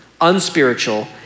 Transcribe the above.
unspiritual